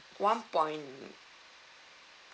one point